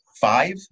five